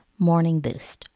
morningboost